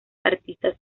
artistas